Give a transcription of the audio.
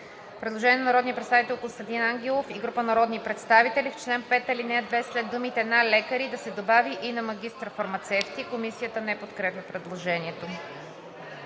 Предложение на народния представител Костадин Ангелов и група народни представители: В чл. 5, ал. 2 след думите „на лекари“ да се добави „и на магистър фармацевти“.“ Комисията подкрепя по принцип предложението.